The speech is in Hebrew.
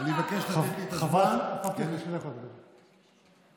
חברת הכנסת אבתיסאם מראענה.